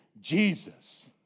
Jesus